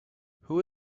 who